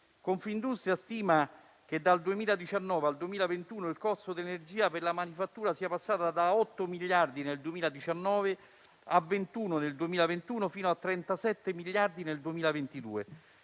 Confindustria stima che dal 2019 al 2021 il costo dell'energia per la manifattura sia passato da 8 miliardi nel 2019 a 21 nel 2021, fino a 37 miliardi nel 2022.